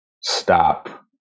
stop